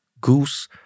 goose